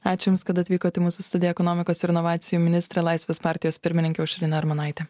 ačiū jums kad atvykot į mūsų studiją ekonomikos ir inovacijų ministrė laisvės partijos pirmininkė aušrinė armonaitė